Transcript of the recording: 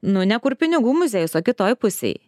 nu ne kur pinigų muziejus o kitoj pusėj